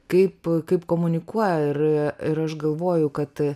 kaip kaip komunikuoja ir aš galvoju kad